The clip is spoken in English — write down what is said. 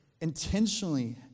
Intentionally